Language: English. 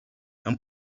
and